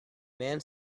man